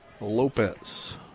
Lopez